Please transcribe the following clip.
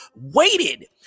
waited